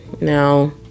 now